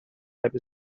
heb